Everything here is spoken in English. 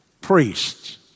priests